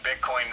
Bitcoin